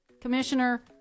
Commissioner